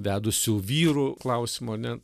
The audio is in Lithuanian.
vedusių vyrų klausimo ar ne